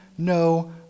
No